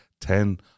Ten